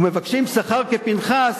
ומבקשים שכר כפנחס,